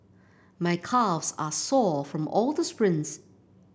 my calves are sore from all the sprints